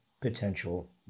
potential